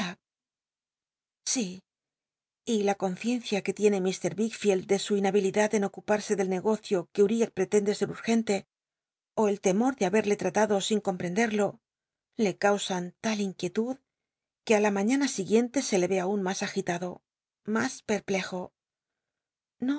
si y la conciencia que tiene ilr vickileld de su inhabilidad en ocuparse del negocio que uriah pretende ser urgente ó el temor de babcl'le tratado sin comprendel'lo le causan tal im uietud que í la mañana siguiente se le ve aun mas agitado mas peqllejo